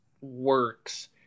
works